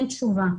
ואין תשובה.